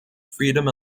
freedom